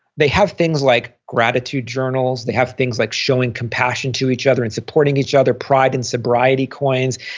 they have things like gratitude journals. they have things like showing compassion to each other and supporting each other, pride and sobriety coins.